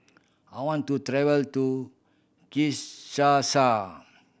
I want to travel to Kinshasa